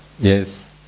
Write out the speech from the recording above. Yes